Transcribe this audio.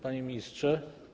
panie ministrze?